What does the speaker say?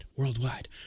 worldwide